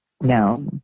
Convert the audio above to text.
No